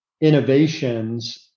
innovations